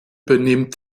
benimmt